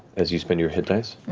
as you spend your hit dice.